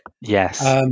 Yes